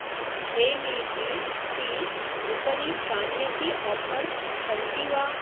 ए V T T उपरि कान्यपि offers सन्ति वा